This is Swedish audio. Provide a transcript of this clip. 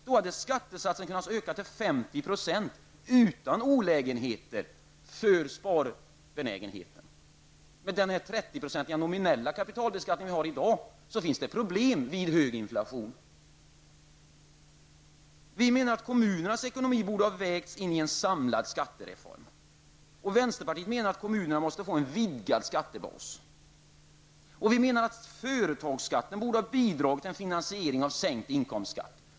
Då hade skattesatsen kunnat ökas till 50 % utan olägenheter för sparbenägenheten. Men den 30-procentiga nominella kapitalbeskattning som vi har i dag för med sig problem vid hög inflation. Vi i vänsterpartiet anser att kommunernas ekonomi borde ha vägts in i en samlad skattereform och att kommunerna måste få en vidgad skattebas. Vi anser också att företagsskatten borde ha bidagit till en finansiering av sänkt inkomstskatt.